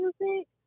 music